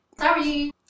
Sorry